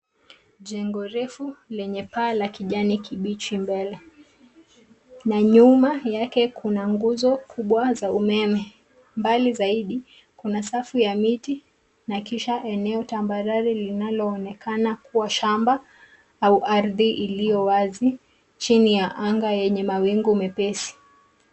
Jengo refu, lenye paa la kijani kibichi mbele, na nyuma yake kuna nguzo kubwa za umeme. Mbali zaidi, kuna safu ya miti, na kisha eneo tambarare linaloonekana kuwa shamba, au ardhi ilio wazi, chini ya anga yenye mawingu mepesi.